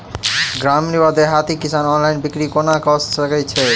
ग्रामीण वा देहाती किसान ऑनलाइन बिक्री कोना कऽ सकै छैथि?